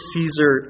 Caesar